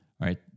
Right